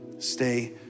Stay